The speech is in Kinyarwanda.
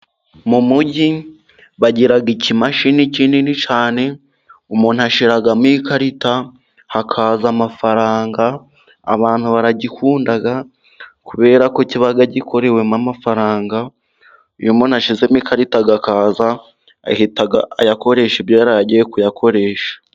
Mu mugi bagira ikimashini kinini cyane umuntu ashyiramo ikarita hakaza amafaranga, abantu baragikunda kubera ko kiba gikorewemo amafaranga, uyo muntu ashyizemo ikarita akaza ahita ayakoresha ibyo yari agiye kuyakoresha.